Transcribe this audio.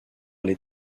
les